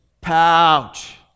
pouch